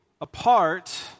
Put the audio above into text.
apart